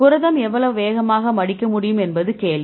புரதம் எவ்வளவு வேகமாக மடிக்க முடியும் என்பது கேள்வி